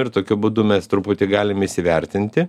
ir tokiu būdu mes truputį galim įsivertinti